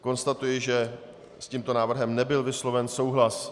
Konstatuji, že s tímto návrhem nebyl vysloven souhlas.